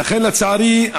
לצערי,